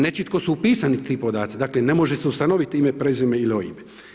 Nečitko su upisani ti podaci, dakle ne može se ustanoviti ime, prezime ili OIB.